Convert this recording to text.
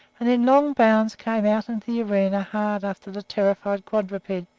and in long bounds came out into the arena hard after the terrified quadruped,